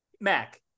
Mac